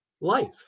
life